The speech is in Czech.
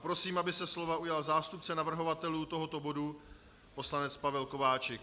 Prosím, aby se slova ujal zástupce navrhovatelů tohoto bodu poslanec Pavel Kováčik.